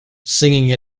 singing